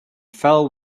fell